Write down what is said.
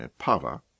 Pava